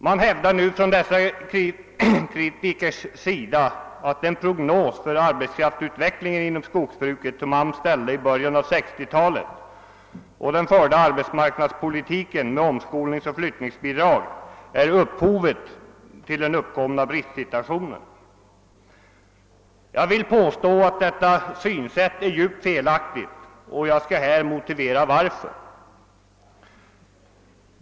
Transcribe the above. Man hävdar nu från dessa kritikers sida att den prognos för arbetskraftsutvecklingen inom skogsbruket som AMS ställde i början av 1960 talet och den förda arbetsmarknadspolitiken med omskolningsoch flyttningsbidrag är upphovet till den uppkomna bristsituationen. Jag vill påstå att detta synsätt är helt felaktigt, och jag skall här motivera varför.